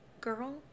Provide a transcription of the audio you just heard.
girl